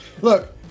Look